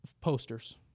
posters